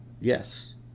Yes